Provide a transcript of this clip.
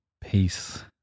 Peace